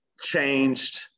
changed